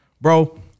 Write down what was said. bro